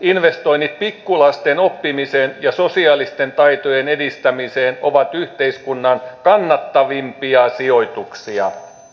investoinnit pikkulasten oppimiseen ja sosiaalisten taitojen edistämiseen ovat yhteiskunnan kannattavimpia sijoituksia